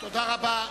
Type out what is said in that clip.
תודה רבה.